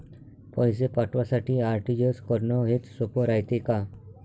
पैसे पाठवासाठी आर.टी.जी.एस करन हेच सोप रायते का?